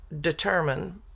determine